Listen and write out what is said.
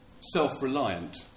self-reliant